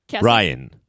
Ryan